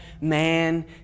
man